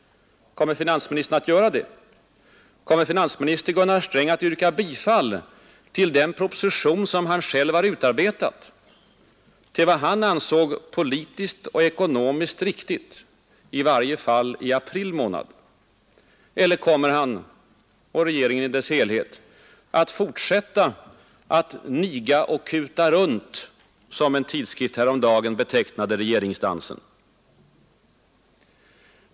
Kommer finansministern att göra det? Kommer finansminister Gunnar Sträng att yrka bifall till den proposition som han själv har utarbetat? Till vad han ansåg politiskt och ekonomiskt riktigt — i varje fall i april månad. Eller kommer han — och regeringen i sin helhet — att fortsätta att ”niga och kuta runt”, som en tidskrift häromdagen betecknade regeringsdansen?